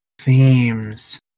Themes